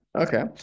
Okay